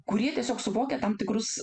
kurie tiesiog suvokia tam tikrus